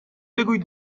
بگویید